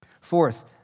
Fourth